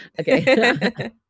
Okay